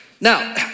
Now